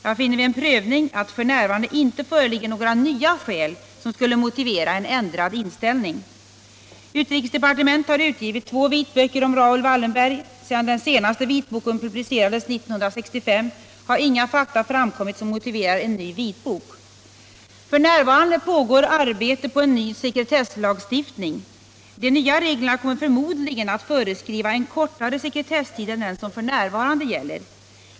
Jag finner vid en prövning att det för närvarande inte föreligger några nya skäl som skulle motivera en ändrad inställning. Utrikesdepartementet har utgivit två vitböcker om Raoul Wallenberg. Sedan den senaste vitboken publicerades 1965 har inga fakta framkommit som motiverar en ny vitbok. F. n. pågår arbete på en ny sekretesslagstiftning. De nya reglerna kom mer förmodligen att föreskriva en kortare sekretesstid än den som f. n. gäller.